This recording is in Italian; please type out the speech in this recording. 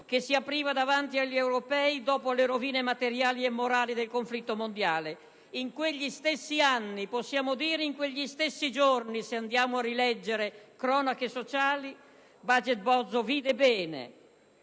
che si apriva davanti agli europei dopo le rovine materiali e morali del conflitto mondiale. In quegli stessi anni - possiamo dire in quegli stessi giorni se andiamo a rileggere «Cronache sociali» - Baget Bozzo vide bene